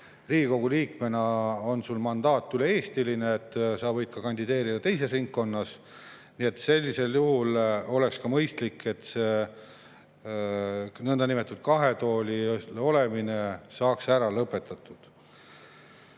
Riigikogu liikmena on sul mandaat üle-eestiline ja sa võid ka kandideerida teises ringkonnas. Sellisel juhul oleks mõistlik, et see niinimetatud kahel toolil olemine saaks ära lõpetatud.